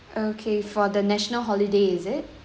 okay for the national holiday is it